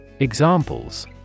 Examples